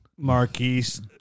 Marquise